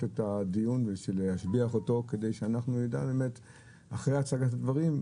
את הדיון ולהשביח אותו כדי שאנחנו נדע אחרי הצגת הדברים,